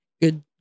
good